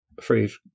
free